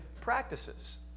practices